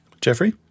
jeffrey